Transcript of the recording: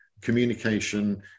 Communication